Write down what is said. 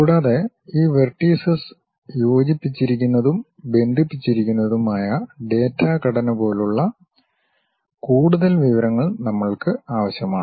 കൂടാതെ ഈ വെർട്ടീസസ് യോജിപ്പിച്ചിരിക്കുന്നതും ബന്ധിപ്പിച്ചിരിക്കുന്നതും ആയ ഡാറ്റാ ഘടന പോലുള്ള കൂടുതൽ വിവരങ്ങൾ നമ്മൾക്ക് ആവശ്യമാണ്